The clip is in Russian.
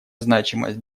значимость